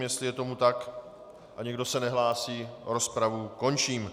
Jestli je tomu tak a nikdo se nehlásí, rozpravu končím.